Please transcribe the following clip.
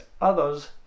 others